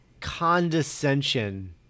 condescension